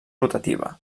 rotativa